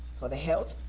for the health,